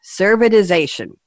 Servitization